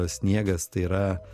sniegas tai yra